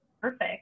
perfect